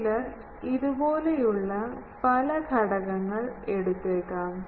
ചിലർ ഇതുപോലെയുള്ള പല ഘടകങ്ങൾ എടുത്തേക്കാം